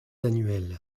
annuels